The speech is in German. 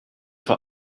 vor